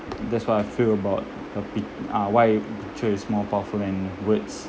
that's what I feel about a pic~ uh why picture is more powerful than words